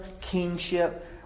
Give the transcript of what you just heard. kingship